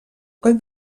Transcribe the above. coll